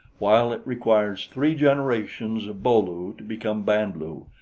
while it requires three generations of bo-lu to become band-lu,